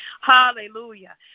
Hallelujah